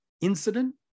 incident